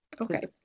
Okay